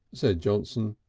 said johnson.